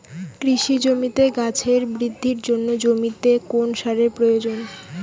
কৃষি জমিতে গাছের বৃদ্ধির জন্য জমিতে কোন সারের প্রয়োজন?